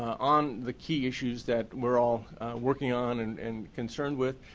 on the key issues that we are all working on and and concerned with.